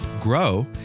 grow